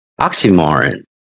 Oxymoron